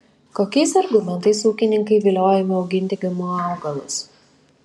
kokiais argumentais ūkininkai viliojami auginti gmo augalus